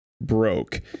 broke